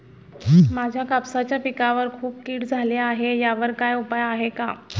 माझ्या कापसाच्या पिकावर खूप कीड झाली आहे यावर काय उपाय आहे का?